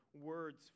words